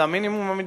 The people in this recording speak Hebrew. זה המינימום המתבקש.